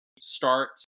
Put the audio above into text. start